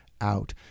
out